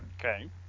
Okay